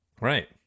Right